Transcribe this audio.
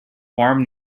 farm